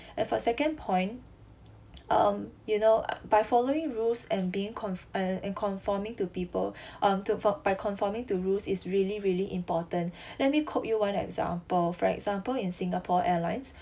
and for second point um you know by following rules and being con~ uh and conforming to people um to fo~ by conforming to rules is really really important let me quote you one example for example in Singapore Airlines